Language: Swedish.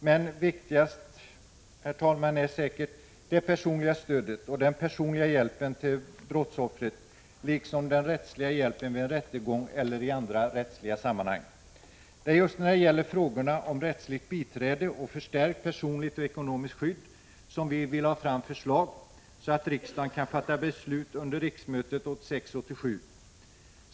Men viktigast, herr talman, är säkert det personliga stödet och den personliga hjälpen till brottsoffret, liksom den rättsliga hjälpen vid en rättegång eller i andra rättsliga sammanhang. Det är just när det gäller frågorna om rättsligt biträde och förstärkt personligt och ekonomiskt skydd som vi vill ha fram förslag, så att riksdagen kan fatta beslut under riksmötet 1986/87.